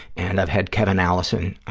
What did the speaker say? and i've had kevin allison,